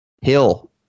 Hill